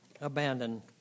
abandon